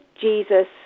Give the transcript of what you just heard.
Jesus